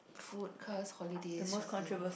food class holiday shopping